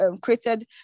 created